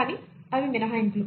కానీ అవి మినహాయింపులు